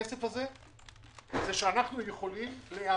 זה עובד בצורה כזאת שהמשטרה מגדירה את הדרישות,